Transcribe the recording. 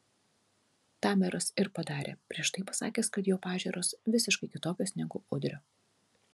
tą meras ir padarė prieš tai pasakęs kad jo pažiūros visiškai kitokios negu udrio